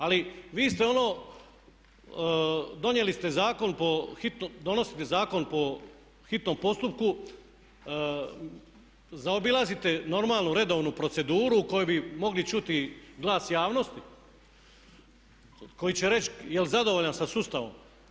Ali vi ste ono donijeli ste zakon po hitnom, donosite zakon po hitnom postupku, zaobilazite normalnu, redovnu proceduru u kojoj bi mogli čuti i glas javnosti, koji će reći je li zadovoljan sa sustavom.